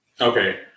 Okay